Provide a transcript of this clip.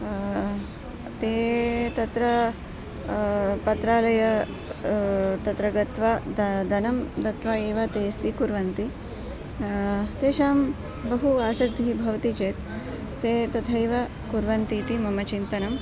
ते तत्र पत्रालयं तत्र गत्वा द धनं दत्वा एव ते स्वीकुर्वन्ति तेषां बहु आसक्तिः भवति चेत् ते तथैव कुर्वन्ति इति मम चिन्तनं